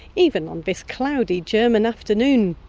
even on this cloudy german afternoon.